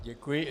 Děkuji.